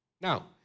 now